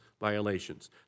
violations